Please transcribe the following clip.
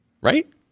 Right